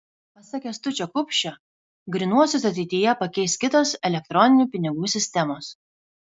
pasak kęstučio kupšio grynuosius ateityje pakeis kitos elektroninių pinigų sistemos